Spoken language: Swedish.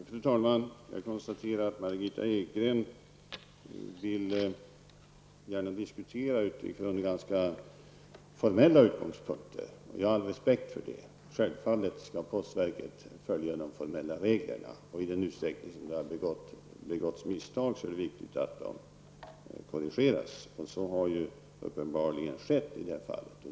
Fru talman! Jag konstaterar att Margitta Edgren gärna vill diskutera utifrån ganska formella utgångspunkter. Jag har respekt för det. Självfallet skall postverket följa de formella reglerna. I den utsträckning som det har begåtts misstag är det viktigt att de korrigeras. Så har uppenbarligen skett i det här fallet.